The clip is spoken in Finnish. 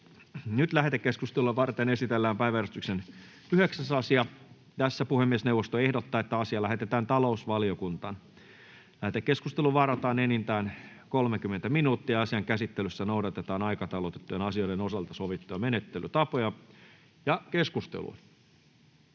Lähetekeskustelua varten esitellään päiväjärjestyksen 8. asia. Puhemiesneuvosto ehdottaa, että asia lähetetään talousvaliokuntaan. Lähetekeskusteluun varataan enintään 30 minuuttia. Asian käsittelyssä noudatetaan aikataulutettujen asioiden osalta sovittuja menettelytapoja. Avaan keskustelun,